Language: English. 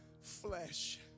flesh